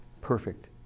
perfect